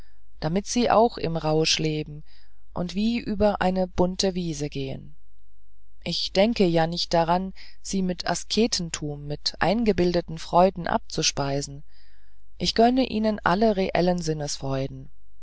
damit sie auch im rausch leben und wie über eine bunte wiese gehen ich denke ja nicht daran sie mit asketentum mit eingebildeten freuden abzuspeisen ich gönne ihnen alle reellen sinnesfreuden